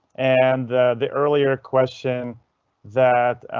and the earlier question that